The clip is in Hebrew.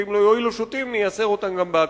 ואם לא יועילו שוטים נייסר אותם גם בעקרבים.